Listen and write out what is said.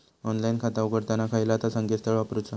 Online खाता उघडताना खयला ता संकेतस्थळ वापरूचा?